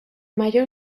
mayor